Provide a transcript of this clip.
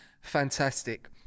fantastic